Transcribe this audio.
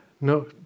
no